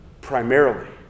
primarily